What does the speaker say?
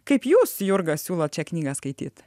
kaip jūs jurga siūlot šią knygą skaityt